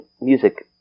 music